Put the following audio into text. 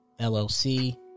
LLC